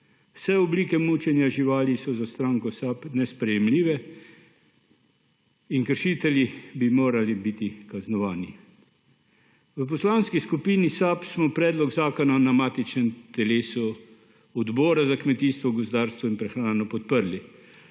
Vse oblike mučenja so za stranko SAB nesprejemljive in kršitelji bi morali biti kaznovani. V poslanski skupni SAB smo predlog zakona na matičnem telesu Odbora za kmetijstvo, gozdarstvo in prehrano podprli.